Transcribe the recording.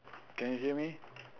can you hear me